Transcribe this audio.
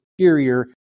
superior